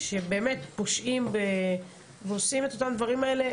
שבאמת הם פושעים ועושים את אותם הדברים האלה,